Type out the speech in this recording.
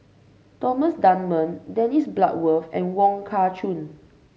Thomas Dunman Dennis Bloodworth and Wong Kah Chun